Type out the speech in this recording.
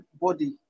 body